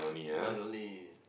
one only